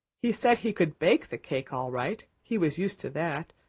he said he could bake the cake all right. he was used to that.